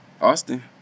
Austin